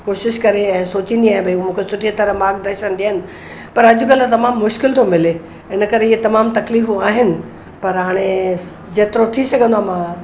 कोशिशि करे ऐं सोचींदी आहियां भई हू मूंखे सुठी तरह मार्गदर्शन ॾियनि पर अॼकल्ह तमामु मुश्किल थो मिले हिन करे इहे तमामु तकलीफ़ूं आहिनि पर हाणे जेतिरो थी सघंदो आहे मां